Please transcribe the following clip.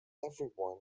everyone